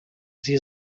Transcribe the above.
sie